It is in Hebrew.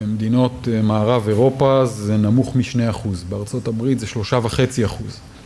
במדינות מערב אירופה זה נמוך משני אחוז, בארצות הברית זה שלושה וחצי אחוז